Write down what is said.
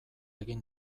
egin